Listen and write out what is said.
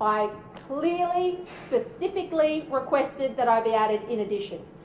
i clearly specifically requested that i be added in addition.